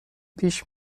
پیش